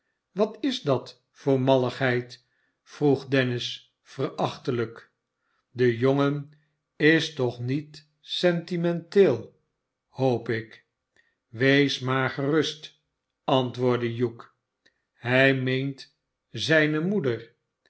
wat is dat voor malligheid vroeg dennis verachtelijk de jongen is toch niet sentimenteel hoop ik wees maar gerust antwoordde hugh hij meent zijne moeder